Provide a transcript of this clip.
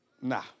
Nah